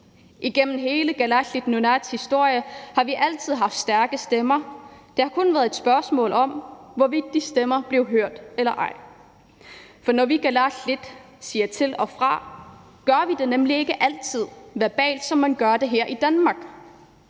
Igennem hele Kalaallit Nunaats historie har vi altid haft stærke stemmer. Det har kun været et spørgsmål om, hvorvidt de stemmer blev hørt eller ej. For når vi kalaallit/inuit siger til og fra, gør vi det nemlig ikke altid verbalt, som man gør her i Danmark.